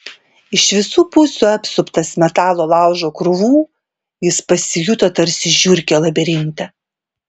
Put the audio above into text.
iš visų pusių apsuptas metalo laužo krūvų jis pasijuto tarsi žiurkė labirinte